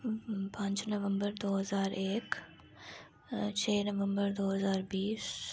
पंज नंबम्बर दो ज्हाक एक छे नंबम्बर दो ज्हार बीह्